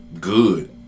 good